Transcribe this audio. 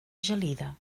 gelida